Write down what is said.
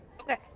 Okay